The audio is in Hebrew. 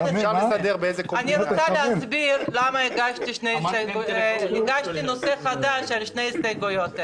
אני רוצה להסביר למה הגשתי נושא חדש על שתי ההסתייגויות האלה.